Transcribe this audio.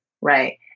right